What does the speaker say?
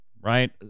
right